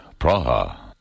Praha